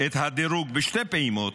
את הדירוג בשתי פעימות,